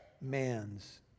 man's